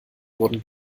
wurden